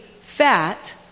fat